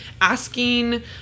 asking